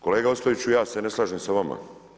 Kolega Ostojiću ja se ne slažem sa vama.